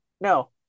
no